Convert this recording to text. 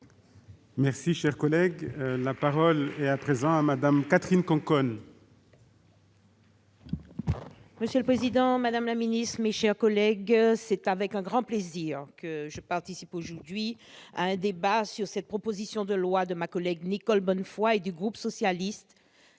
personnes exposées. La parole est à Mme Catherine Conconne, sur l'article. Monsieur le président, madame la ministre, mes chers collègues, c'est avec grand plaisir que je participe aujourd'hui à ce débat sur la proposition de loi de ma collègue Nicole Bonnefoy et du groupe socialiste.